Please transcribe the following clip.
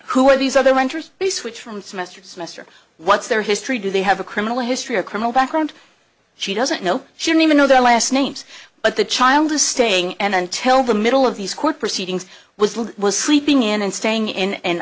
who are these other renters the switch from semester to semester what's their history do they have a criminal history or criminal background she doesn't know she didn't even know their last names but the child is staying and until the middle of these court proceedings was was sleeping in and staying in an